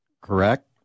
correct